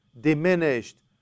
diminished